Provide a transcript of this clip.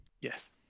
Yes